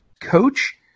Coach